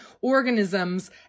organisms